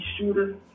shooter